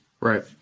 Right